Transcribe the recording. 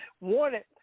wanted